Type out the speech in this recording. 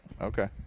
okay